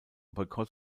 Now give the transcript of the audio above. boykott